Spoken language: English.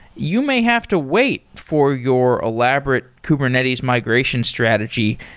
you may have to wait for your elaborate kubernetes migration strategy.